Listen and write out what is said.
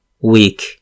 weak